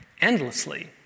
endlessly